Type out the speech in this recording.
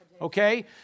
Okay